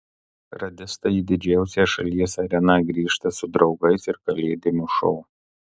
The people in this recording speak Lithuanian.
radistai į didžiausią šalies areną grįžta su draugais ir kalėdiniu šou